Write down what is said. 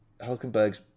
Hulkenberg's